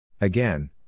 Again